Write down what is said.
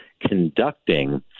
conducting